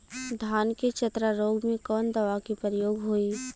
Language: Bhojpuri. धान के चतरा रोग में कवन दवा के प्रयोग होई?